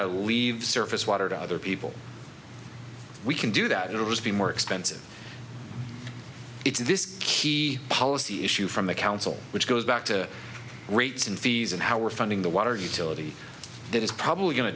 to leave surface water to other people we can do that it was be more expensive it's this key policy issue from the council which goes back to rates and fees and how we're funding the water utility that is probably going to